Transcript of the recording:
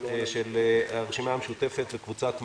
של קבוצת הרשימה המשותפת וקבוצת מרצ.